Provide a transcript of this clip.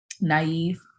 naive